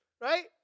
right